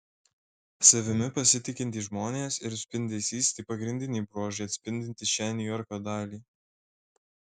savimi pasitikintys žmonės ir spindesys tai pagrindiniai bruožai atspindintys šią niujorko dalį